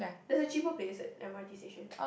there's a cheaper place at M_R_T station